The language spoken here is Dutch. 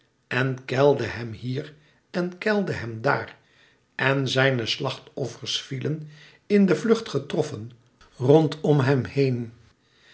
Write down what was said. en keilde hem hier en keilde hem daar en zijne slachtoffers vielen in den vlucht getroffen rondom hem heen